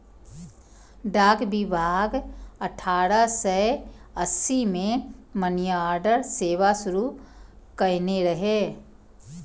डाक विभाग अठारह सय अस्सी मे मनीऑर्डर सेवा शुरू कयने रहै